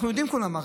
אנחנו יודעים כולם,